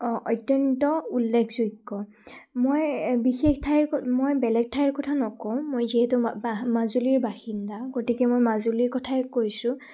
অত্যন্ত উল্লেখযোগ্য মই বিশেষ ঠাইৰ মই বেলেগ ঠাইৰ কথা নকওঁ মই যিহেতু মাজুলীৰ বাসিন্দা গতিকে মই মাজুলীৰ কথাই কৈছোঁ